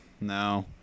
no